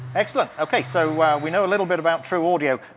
excellent. okay, so we know a little bit about trueaudio.